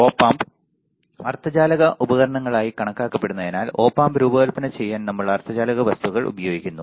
op amps അർദ്ധചാലക ഉപകരണങ്ങളായി കണക്കാക്കപ്പെടുന്നതിനാൽ ഒപ് ആമ്പ് രൂപകൽപ്പന ചെയ്യാൻ നമ്മൾ അർദ്ധചാലക വസ്തുക്കൾ ഉപയോഗിക്കുന്നു